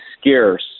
scarce